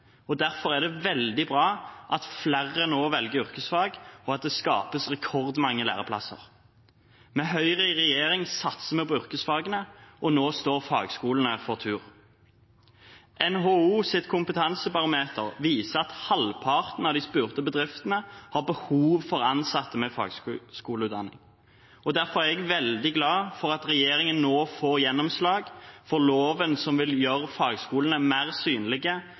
fagarbeidere. Derfor er det veldig bra at flere nå velger yrkesfag, og at det skapes rekordmange læreplasser. Med Høyre i regjering satser vi på yrkesfagene, og nå står fagskolene for tur. NHOs kompetansebarometer viser at halvparten av de spurte bedriftene har behov for ansatte med fagskoleutdanning. Derfor er jeg veldig glad for at regjeringen nå får gjennomslag for loven som vil gjøre fagskolene mer